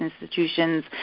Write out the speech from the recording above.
institutions